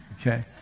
Okay